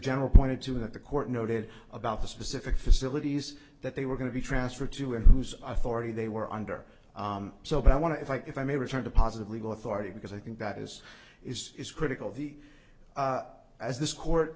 general pointed to that the court noted about the specific facilities that they were going to be transferred to and whose authority they were under so but i want to if i if i may return to positive legal authority because i think that is is is critical the as this court